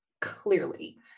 clearly